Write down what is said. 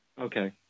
Okay